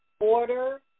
order